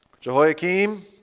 Jehoiakim